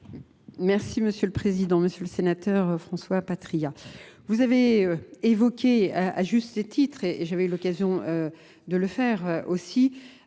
Merci Monsieur le Président, Monsieur le Sénateur François Patria. Vous avez évoqué à juste ces titres, et j'avais eu l'occasion de le faire aussi,